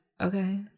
okay